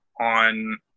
on